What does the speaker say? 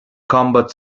combat